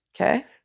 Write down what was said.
Okay